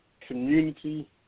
community